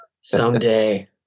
someday